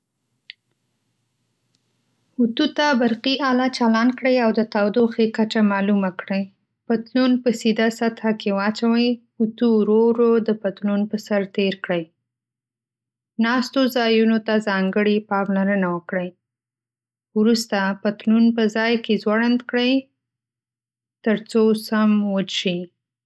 وتو ته برقي آله چالان کړئ او د تودوخې کچه معلومه کړئ. پتلون په سیده سطح کې واچوئ. اوتو ورو ورو د پتلون پر سر تېر کړئ. ناستو ځایونو ته ځانګړې پاملرنه وکړئ. وروسته پتلون په ځاې کې ځوړنډ کړئ ترڅو سم وچ شي.